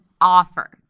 offer